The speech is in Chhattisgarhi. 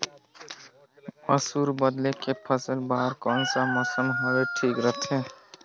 मसुर बदले के फसल बार कोन सा मौसम हवे ठीक रथे?